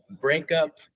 breakup